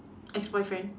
ex-boyfriend